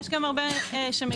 יש גם הרבה שמגיעים,